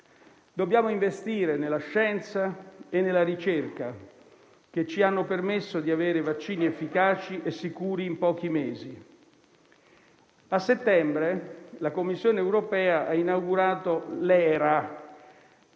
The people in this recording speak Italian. Dobbiamo investire nella scienza e nella ricerca, che ci hanno permesso di avere vaccini efficaci e sicuri in pochi mesi. A settembre la Commissione europea ha inaugurato l'HERA,